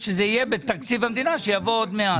שזה יהיה בתקציב המדינה שיבוא עוד מעט.